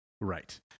Right